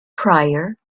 pryor